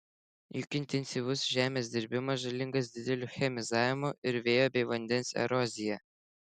juk intensyvus žemės dirbimas žalingas dideliu chemizavimu ir vėjo bei vandens erozija